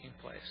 place